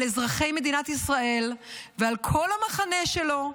על אזרחי מדינת ישראל ועל כל המחנה שלו,